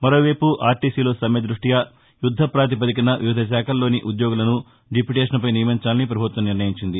మరోవైపు ఆర్టీసీలో సమ్మె దృష్ట్య యుద్ధపాతిపదికన వివిధ శాఖలలోని ఉద్యోగులను దిప్యుబేషన్పై నియమించాలని ప్రభుత్వం నిర్ణయించింది